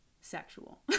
sexual